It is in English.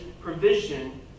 provision